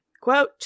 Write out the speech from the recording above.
quote